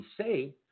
say